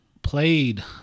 played